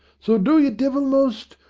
so do your devilmost,